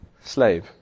slave